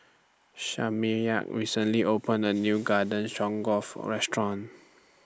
Shamiya recently opened A New Garden Stroganoff Restaurant